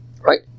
right